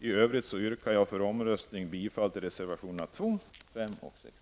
I övrigt yrkar jag, med tanke på omröstningen, bifall till reservationerna 2, 5 och 16.